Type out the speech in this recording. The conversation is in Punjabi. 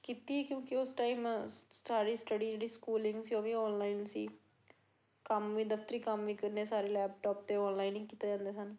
ਕੀਤੀ ਕਿਉਂਕਿ ਉਸ ਟਾਈਮ ਸਾਰੀ ਸਟੱਡੀ ਜਿਹੜੀ ਸਕੂਲਿੰਗ ਸੀ ਉਹ ਵੀ ਔਨਲਾਈਨ ਸੀ ਕੰਮ ਵੀ ਦਫਤਰੀ ਕੰਮ ਵੀ ਕਰਨੇ ਸਾਰੇ ਲੈਪਟਾਪ 'ਤੇ ਔਨਲਾਈਨ ਹੀ ਕੀਤੇ ਜਾਂਦੇ ਸਨ